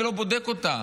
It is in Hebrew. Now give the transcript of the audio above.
אני לא בודק אותה.